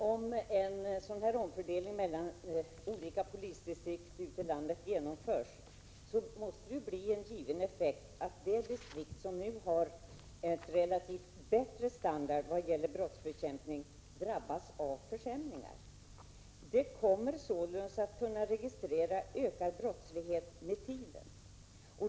Herr talman! Om en omfördelning mellan olika polisdistrikt ute i landet genomförs måste en given effekt bli att de distrikt, som nu har en relativt sett bättre standard vad gäller brottsbekämpning, drabbas av försämringar. De kommer således med tiden att kunna registrera ökad brottslighet.